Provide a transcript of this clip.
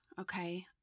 okay